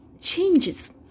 changes